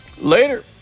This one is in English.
Later